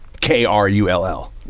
K-R-U-L-L